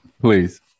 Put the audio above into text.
please